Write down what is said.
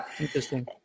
interesting